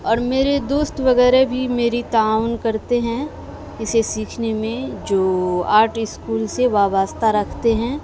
اور میرے دوست وغیرہ بھی میری تعاون کرتے ہیں اسے سیکھنے میں جو آرٹ اسکول سے وابستہ رکھتے ہیں